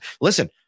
Listen